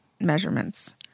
measurements